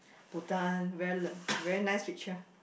Bhutan ver~ very nice picture